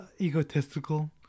egotistical